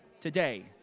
Today